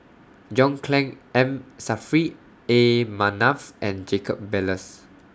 John Clang M Saffri A Manaf and Jacob Ballas